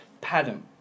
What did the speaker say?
pattern